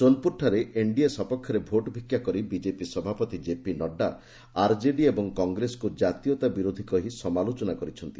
ସୋନପୁରଠାରେ NDA ସପକ୍ଷରେ vote ଭିକ୍ଷାକରି BJP ସଭାପତି କେପି ନଡ୍ଗା ଆର୍ଜେଡି ଓ କଂଗ୍ରେସକୁ କାତୀୟତା ବିରୋଧୀ କହି ସମାଲୋଚନା କରିଛନ୍ତି